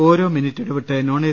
ഓരോ മിനിട്ട് ഇടവിട്ട് non A